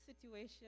situation